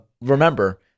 Remember